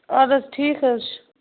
آد حظ ٹھیٖک حظ چھِ